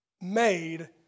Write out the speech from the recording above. made